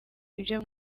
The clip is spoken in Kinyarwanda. ibyo